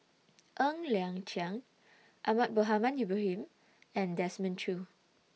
Ng Liang Chiang Ahmad Mohamed Ibrahim and Desmond Choo